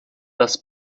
das